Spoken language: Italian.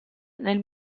nel